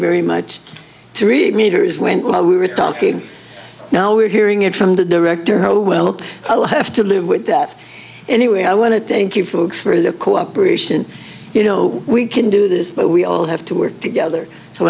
very much to read meters when we were talking now we're hearing it from the director how well look i'll have to live with that anyway i want to thank you folks for their cooperation you know we can do this but we all have to work together so